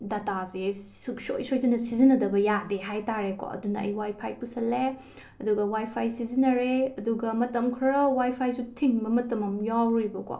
ꯗꯇꯥꯖꯦ ꯁꯨꯛꯁꯣꯏ ꯁꯣꯏꯗꯅ ꯁꯤꯖꯤꯟꯅꯗꯕ ꯌꯥꯗꯦ ꯍꯥꯏꯇꯥꯔꯦꯀꯣ ꯑꯗꯨꯅ ꯑꯩ ꯋꯥꯏ ꯐꯥꯏ ꯄꯨꯁꯜꯂꯦ ꯑꯗꯨꯒ ꯋꯥꯏ ꯐꯥꯏ ꯁꯤꯖꯤꯟꯅꯔꯦ ꯑꯗꯨꯒ ꯃꯇꯝ ꯈꯔ ꯋꯥꯏ ꯐꯥꯏꯁꯨ ꯊꯤꯡꯕ ꯃꯇꯝ ꯑꯃ ꯌꯥꯎꯔꯨꯏꯕꯀꯣ